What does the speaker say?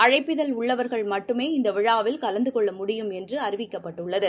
அழைப்பிதழ் உள்ளவர்கள் மட்டுமே இந்தவிழாவில் கலந்துகொள்ள முடியும் என்றுஅறிவிக்கப்பட்டுள்ளது